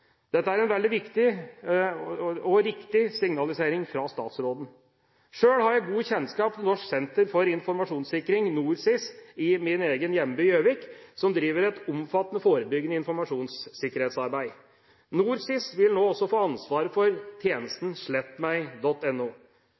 Dette er et veldig viktig og riktig signal fra statsråden. Sjøl har jeg god kjennskap til Norsk senter for informasjonssikring, NorSIS, i min egen hjemby Gjøvik, som driver et omfattende forebyggende informasjonssikkerhetsarbeid. NorSIS vil nå også få ansvaret for tjenesten